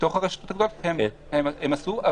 הם עשו.